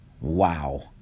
Wow